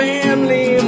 Family